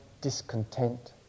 discontent